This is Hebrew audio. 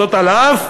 זאת, אף